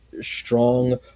strong